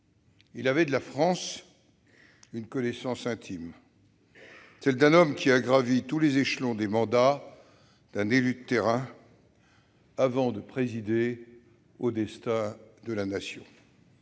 avait de la France une connaissance intime, celle d'un homme qui a gravi tous les échelons des mandats de terrain avant de présider au destin de la Nation.